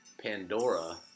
Pandora